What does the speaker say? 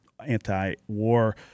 anti-war